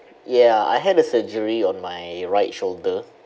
ya I had a surgery on my right shoulder